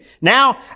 Now